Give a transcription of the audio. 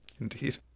Indeed